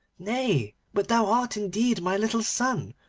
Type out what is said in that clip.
nay, but thou art indeed my little son,